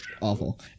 awful